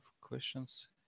questions